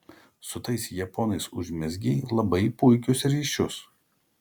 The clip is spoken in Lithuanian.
su tais japonais užmezgei labai puikius ryšius